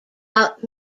out